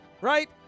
right